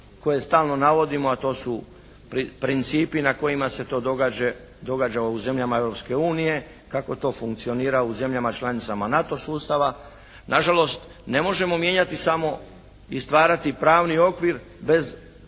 koje stalno navodimo, a to su principa na kojima se to događa u zemljama Europske unije, kako to funkcionira i zemljama članicama NATO sustava. Nažalost ne možemo mijenjati samo i stvarati pravni okvir bez